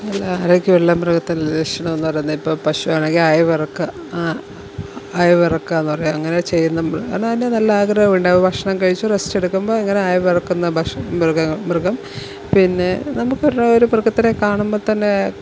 നല്ല ആരോഗ്യമുള്ള മൃഗത്തിൻ്റെ ലക്ഷണമെന്ന് പറയുന്നത് ഇപ്പോൾ പശു ആണെങ്കിൽ അയവിറക്കുക അയവിറക്കുക എന്ന് പറയും അങ്ങനെ ചെയ്യുന്ന മൃഗം കാരണം അതിനു നല്ല ആഗ്രഹമുണ്ടാകും ഭക്ഷണം കഴിച്ച് റസ്റ്റെടുക്കുമ്പോൾ ഇങ്ങനെ അയവിറക്കുന്ന ഭക്ഷണം മൃഗം മൃഗം പിന്നെ നമുക്കൊരു മൃഗത്തിനെ കാണുമ്പോൾ തന്നെ